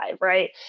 right